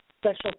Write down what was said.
special